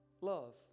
love